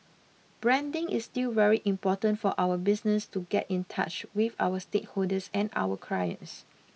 branding is still very important for our business to get in touch with our stakeholders and our clients